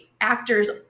actors